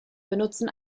benutzen